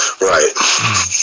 right